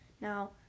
now